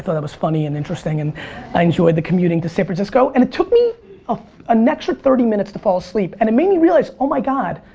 thought that was funny and interesting, and i enjoyed the commuting to san francisco. and it took me ah an extra thirty minutes to fall asleep. and it made me realize, oh my god,